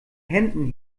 händen